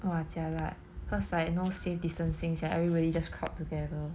!wah! jialat cause like no safe distancing sia like everybody just crowd together